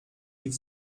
rief